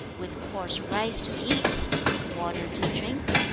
with coarse rice to eat, with water to drink,